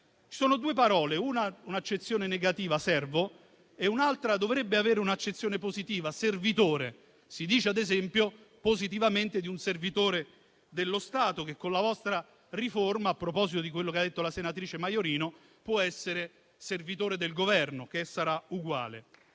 vi sono due parole, una con un'accezione negativa (servo) e un'altra che dovrebbe avere un'accezione positiva (servitore). Si dice, ad esempio, positivamente di un servitore dello Stato, che, con la vostra riforma - a proposito di quello che ha detto la senatrice Maiorino - può essere servitore del Governo, e sarà uguale